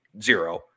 zero